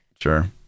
Sure